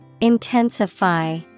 Intensify